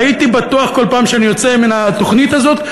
והייתי בטוח כל פעם שאני יוצא מן התוכנית הזאת,